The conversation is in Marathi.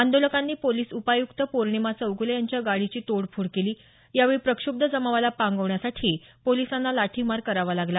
आंदोलकांनी पोलिस उपायुक्त पोर्णिमा चौगुले यांच्या गाडीची तोडफोड केली यावेळी प्रक्षुब्ध जमावाला पांगवण्यासाठी पोलिसांना लाठीमार करावा लागला